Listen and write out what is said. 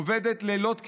עובדת לילות כימים,